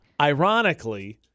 Ironically